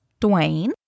Dwayne